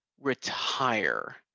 retire